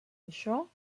això